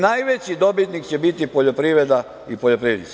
Najveći dobitnik će biti poljoprivreda i poljoprivrednici.